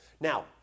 Now